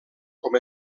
com